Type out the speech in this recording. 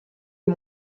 est